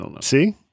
See